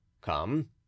come